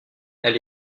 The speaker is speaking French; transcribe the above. elle